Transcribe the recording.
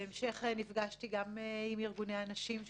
בהמשך נפגשתי גם עם ארגוני הנשים,